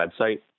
website